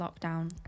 lockdown